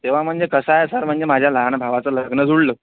तेव्हा म्हणजे कसं आहे सर म्हणजे माझ्या लहान भावाचं लग्न जुळलं